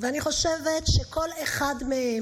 אני חושבת שכל אחד מהם,